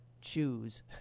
choose